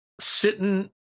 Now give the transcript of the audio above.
sitting